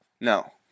no